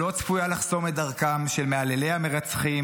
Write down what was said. לא צפויה לחסום את דרכם של מהללי המרצחים